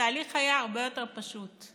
התהליך היה הרבה יותר פשוט.